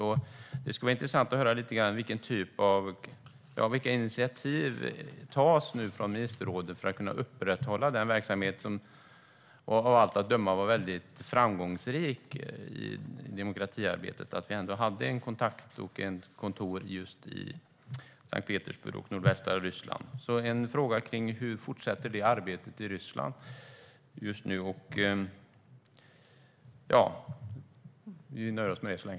Det skulle vara intressant att få höra lite grann om vilken typ av initiativ som tas av ministerrådet för att kunna upprätthålla den verksamhet som av allt att döma hade ett väldigt framgångsrikt demokratiarbete. Vi hade en kontakt och ett kontor i Sankt Petersburg och i nordvästra Ryssland. Hur fortsätter detta arbete i Ryssland just nu?